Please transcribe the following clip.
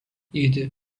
yedi